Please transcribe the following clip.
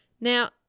Now